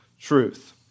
truth